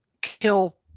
kill